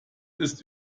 ist